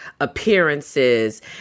appearances